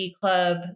club